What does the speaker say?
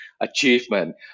achievement